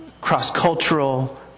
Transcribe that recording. cross-cultural